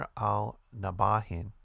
al-Nabahin